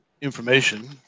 information